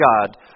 God